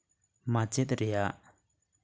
ᱢᱟᱪᱮᱫ ᱨᱮᱭᱟᱜ